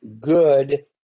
good